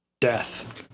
death